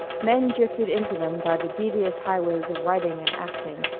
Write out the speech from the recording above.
men drifted into them by the devious highways of writing and acting.